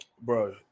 bro